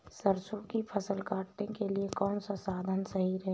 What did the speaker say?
सरसो की फसल काटने के लिए कौन सा साधन सही रहेगा?